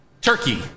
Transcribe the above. Turkey